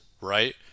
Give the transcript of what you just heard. right